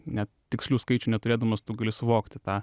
net tikslių skaičių neturėdamas tu gali suvokti tą